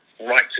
right